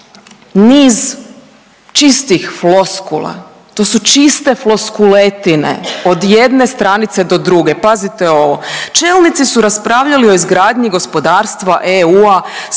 niz čistih floskula, to su čiste floskuletine od jedne stranice do druge. Pazite ovo, čelnici su raspravljali o izgradnji gospodarstva EU-a